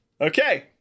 Okay